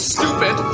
stupid